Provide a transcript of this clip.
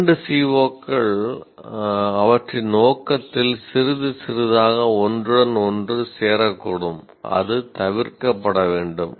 இரண்டு CO கள் அவற்றின் நோக்கத்தில் சிறிது சிறிதாக ஒன்றுடன் ஒன்று சேரக்கூடும் அது தவிர்க்கப்பட வேண்டும்